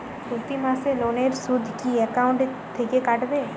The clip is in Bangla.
প্রতি মাসে লোনের সুদ কি একাউন্ট থেকে কাটবে?